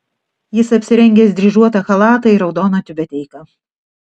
jis apsirengęs dryžuotą chalatą ir raudoną tiubeteiką